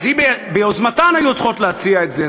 אז הן ביוזמתן היו צריכות להציע את זה.